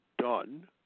Done